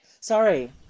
Sorry